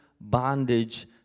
bondage